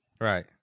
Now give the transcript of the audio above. Right